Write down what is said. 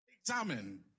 Examine